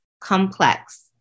complex